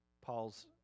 Paul's